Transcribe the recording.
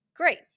great